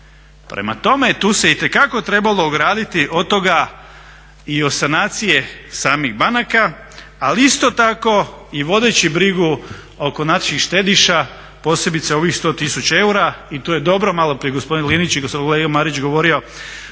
Prema tome, tu se itekako trebalo ograditi od toga i od sanacije samih banaka, ali isto tako i vodeći brigu oko naših štediša posebice ovih 100 tisuća eura i tu je dobro maloprije gospodin Linić i gospodin Marić govorio